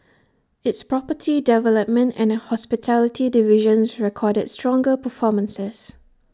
its property development and hospitality divisions recorded stronger performances